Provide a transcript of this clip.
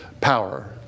power